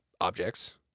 objects